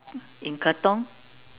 in Katong